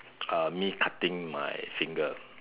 uh me cutting my finger